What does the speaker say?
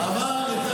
אבל לא